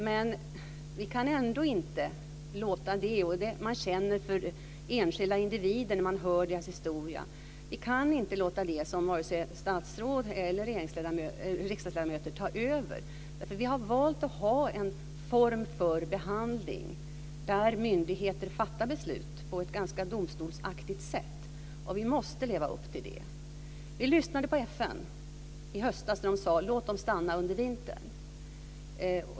Men vi kan ändå inte vare sig som statsråd eller som riksdagsledamöter låta det vi känner för enskilda individer när vi hör deras historia ta över. Vi har valt att ha en form för behandling, där myndigheten fattar beslut på ett ganska domstolsaktigt sätt. Vi måste leva upp till det. Vi lyssnade på FN i höstas när de sade: Låt dem stanna under vintern.